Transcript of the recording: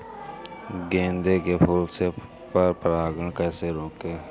गेंदे के फूल से पर परागण कैसे रोकें?